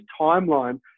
timeline